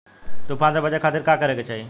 तूफान से बचे खातिर का करे के चाहीं?